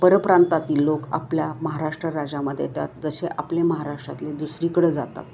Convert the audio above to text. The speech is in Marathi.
परप्रांतातील लोक आपल्या महाराष्ट्र राजामध्ये येतात जसे आपले महाराष्ट्रातले दुसरीकडं जातात